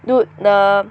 dude the